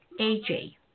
AJ